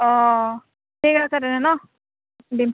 অঁ ঠিক আছে তেনে নহ্ দিম